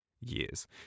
years